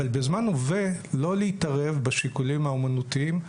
אבל בזמן הווה לא להתערב בשיקולים האמנותיים,